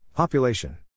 Population